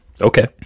Okay